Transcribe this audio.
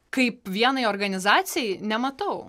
kaip vienai organizacijai nematau